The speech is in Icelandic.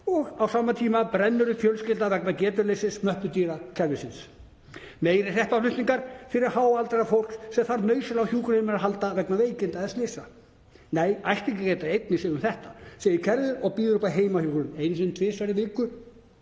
Og á sama tíma brennur fjölskyldan vegna getuleysis möppudýra kerfisins. Meiri hreppaflutningar fyrir háaldrað fólk sem þarf nauðsynlega á hjúkrunarrýminu að halda vegna veikinda eða slysa. Nei, ættingjar geta einnig séð um þetta, segir kerfið og býður upp á heimahjúkrun einu sinni til tvisvar í viku